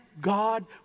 God